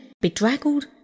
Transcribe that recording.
bedraggled